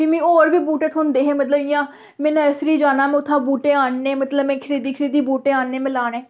फ्ही मीं होर बी बूह्टे थ्होंदे हे मतलब इ'यां में नर्सरी जाना में उ'त्थां बूह्टे आह्नने मतलब में खरीदी खरीदी बूह्टे आह्नने में लाने